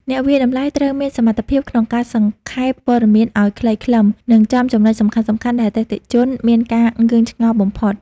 អ្នកវាយតម្លៃត្រូវមានសមត្ថភាពក្នុងការសង្ខេបព័ត៌មានឱ្យខ្លីខ្លឹម និងចំចំណុចសំខាន់ៗដែលអតិថិជនមានការងឿងឆ្ងល់បំផុត។